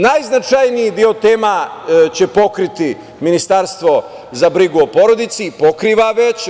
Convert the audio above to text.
Najznačajniji deo tema će pokriti Ministarstvo za brigu o porodici, i pokriva već.